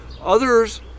others